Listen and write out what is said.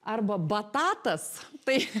arba batatas tai